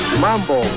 Mambo